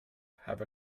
have